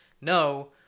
No